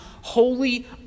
holy